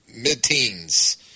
mid-teens